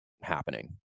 happening